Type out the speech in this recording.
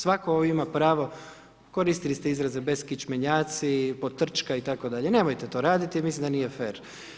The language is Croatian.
Svatko ovdje ima pravo, koristili ste izraze beskičmenjaci, potrčka itd,. nemojte to raditi, mislim da nije fer.